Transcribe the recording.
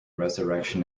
resurrection